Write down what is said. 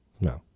No